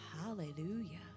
Hallelujah